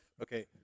Okay